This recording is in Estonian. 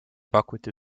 pakuti